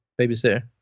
Babysitter